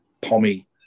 pommy